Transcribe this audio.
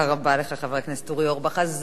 חבר הכנסת אורי מקלב, מה אתה מציע?